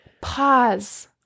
pause